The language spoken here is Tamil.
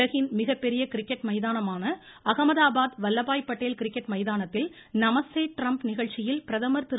உலகின் மிகப்பெரிய கிரிக்கெட் மைதானமான அஹமதாபாத் வல்லபபாய் பட்டேல் கிரிக்கெட் மைதானத்தில் நமஸ்தே ட்ரம்ப் நிகழ்ச்சியில் பிரதமர் திரு